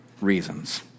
reasons